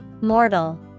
Mortal